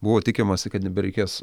buvo tikimasi kad nebereikės